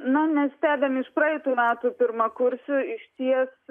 na mes stebim iš praeitų metų pirmakursių išties